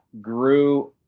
grew